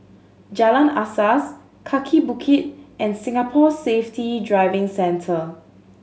Jalan Asas Kaki Bukit and Singapore Safety Driving Centre